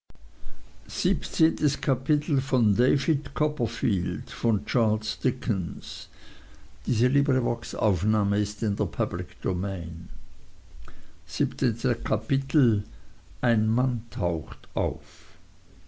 ein mann taucht auf